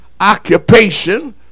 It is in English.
occupation